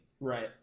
right